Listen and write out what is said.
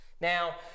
Now